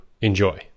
enjoy